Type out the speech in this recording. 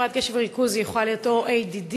הפרעת קשב וריכוז יכולה להיות או ADD,